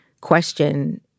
question